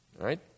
right